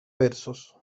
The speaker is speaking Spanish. versos